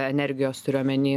energijos turiu omeny